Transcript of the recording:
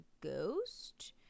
ghost